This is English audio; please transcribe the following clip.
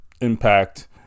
impact